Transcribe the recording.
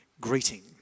greeting